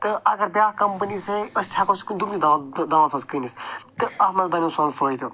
تہٕ اگر بیٛاکھ کَمپٔنی سُہ ہیٚیہِ أسۍ تہِ ہٮ۪کو سُہ دامَس منٛز کٕنِتھ تہٕ اَتھ منٛز بَنیوٚو سون فٲیدٕ